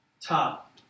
Top